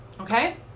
Okay